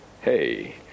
Hey